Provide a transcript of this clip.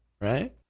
Right